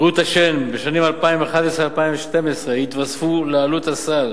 בריאות שן, בשנים 2011 ו-2012 יתווספו לעלות הסל